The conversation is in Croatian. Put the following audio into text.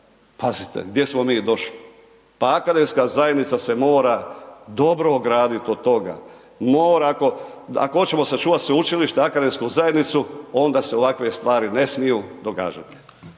Pazite gdje smo mi došli. Pa akademska zajednica se mora dobro ogradit od toga, mora ako hoćemo sačuvati sveučilište, akademsku zajednicu, onda se ovakve stvari ne smiju događati.